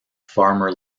farmer